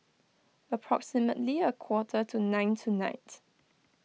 approximately a quarter to nine tonight